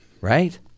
right